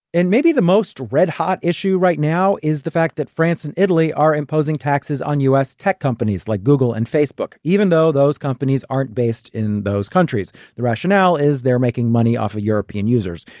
and the most red-hot issue right now is the fact that france and italy are imposing taxes on u s. tech companies like google and facebook, even though those companies aren't based in those countries. the rationale is they're making money off european users.